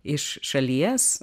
iš šalies